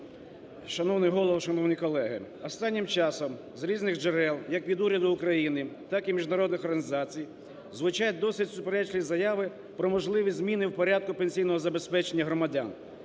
Шановний Голово, шановні колеги! Останнім часом з різних джерел, як від уряду України, так і міжнародних організацій, звучать досить суперечливі заяви про можливі зміни в порядку пенсійного забезпечення громадян.